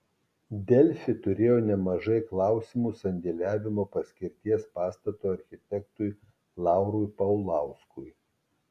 delfi turėjo nemažai klausimų sandėliavimo paskirties pastato architektui laurui paulauskui